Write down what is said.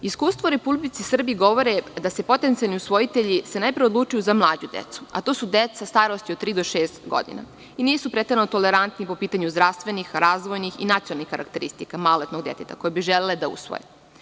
Iskustva u Republici Srbiji govore da se potencijalni usvojitelji najpre odlučuju za mlađu decu, a to su deca starosti od tri do šest godina i nisu preterano tolerantni po pitanju zdravstvenih, razvojnih i nacionalnih karakteristika maloletnog deteta, koje bi želeli da usvoje.